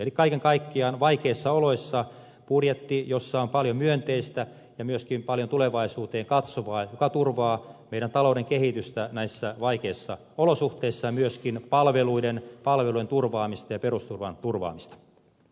eli kaiken kaikkiaan vaikeissa oloissa budjetti jossa on paljon myönteistä ja myöskin paljon tulevaisuuteen katsovaa joka turvaa meidän talouden kehitystä näissä vaikeissa olosuhteissa ja myöskin palveluiden turvaamista ja perusturvan turvaamista s